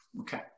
Okay